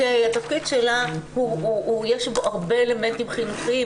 בתפקיד שלה יש הרבה מאוד אלמנטים חינוכיים,